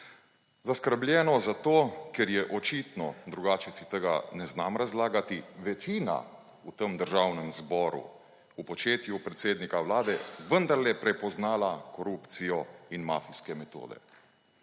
Zaskrbljeno zato, ker je očitno, drugače si tega ne znam razlagati, večina v tem Državnem zboru v početju predsednika Vlade vendarle prepoznala korupcijo in mafijske metode,